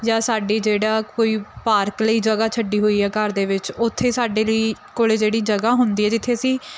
ਜਾਂ ਸਾਡੀ ਜਿਹੜਾ ਕੋਈ ਪਾਰਕ ਲਈ ਜਗ੍ਹਾ ਛੱਡੀ ਹੋਈ ਆ ਘਰ ਦੇ ਵਿੱਚ ਉੱਥੇ ਸਾਡੇ ਲਈ ਕੋਲ ਜਿਹੜੀ ਜਗ੍ਹਾ ਹੁੰਦੀ ਹੈ ਜਿੱਥੇ ਅਸੀਂ